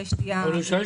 כי היא אומרת